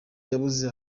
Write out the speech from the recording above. yabuze